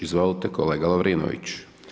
Izvolite kolega Lovrinović.